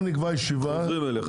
חוזרים אליך.